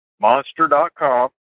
Monster.com